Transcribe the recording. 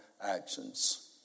Actions